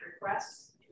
requests